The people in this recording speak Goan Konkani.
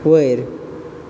वयर